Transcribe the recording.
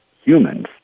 humans